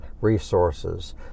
resources